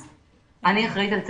אני חושבת שזה נורא